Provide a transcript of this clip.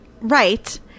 Right